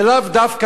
זה לאו דווקא,